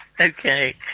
okay